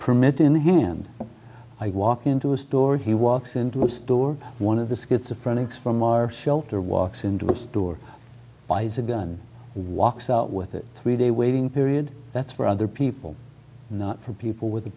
permit in hand i walk into a store he walks into a store one of the schizo friends from our shelter walks into a store buys a gun walks out with it three day waiting period that's for other people not for people with a